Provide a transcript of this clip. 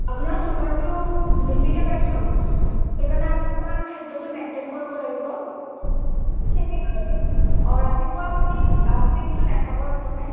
আপোনাৰ চুগাৰটো বেছিকৈ পাইছোঁ সেই কাৰণে আপোনাৰ অকণমাণ খাদ্যটো মেইণ্টেইন কৰিব লাগিব ৰাতিপুৱা আপুনি চেনিটো নাখাব একদমেই